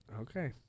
Okay